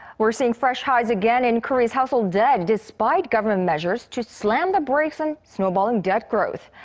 we're seeing fresh highs again in korea's household debt. despite government measures to slam the brakes on snowballing debt growth.